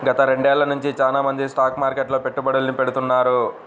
గత రెండేళ్ళ నుంచి చానా మంది స్టాక్ మార్కెట్లో పెట్టుబడుల్ని పెడతాన్నారు